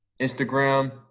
Instagram